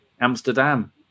Amsterdam